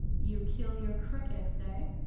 you kill your crickets, ah?